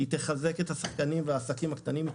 היא תחזק את השחקנים והעסקים הקטנים והיא